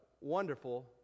wonderful